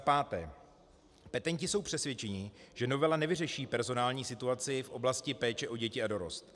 5. Petenti jsou přesvědčeni, že novela nevyřeší personální situaci v oblasti péče o děti a dorost.